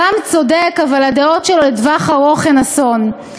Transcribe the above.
הר"מ צודק, אבל הדעות שלו לטווח ארוך הן אסון.